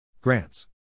Grants